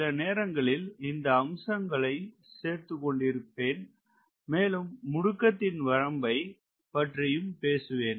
சில நேரங்களில் இந்த அம்சங்களை சேர்த்துக்கொண்டிருப்பேன் மேலும் முடுக்கத்தின் வரம்பை பற்றியும் பேசுவேன்